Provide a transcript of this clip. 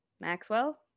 Maxwell